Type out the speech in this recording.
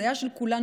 זה היה של כולנו.